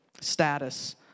status